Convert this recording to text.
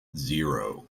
zero